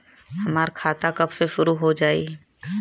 हमार खाता कब से शूरू हो जाई?